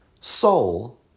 soul